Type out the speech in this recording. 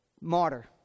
martyr